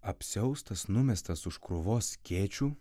apsiaustas numestas už krūvos skėčių